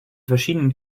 verschiedenen